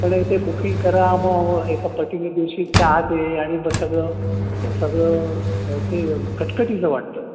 पण ते बुकिंग करा मग एका पटिक्युलर दिवशी जा ते आणि मग सगळं सगळं ते कटकटीचं वाटतं